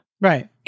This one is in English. Right